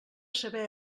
saber